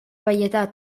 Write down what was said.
velledat